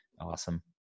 awesome